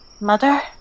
Mother